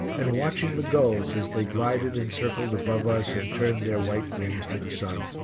and watching the gulls as they glided and circled above us and turned their white wings to the sun.